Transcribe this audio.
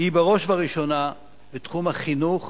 היא בראש ובראשונה בתחום החינוך,